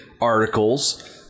articles